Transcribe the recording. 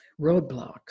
roadblocks